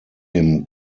him